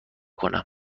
کنم